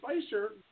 Spicer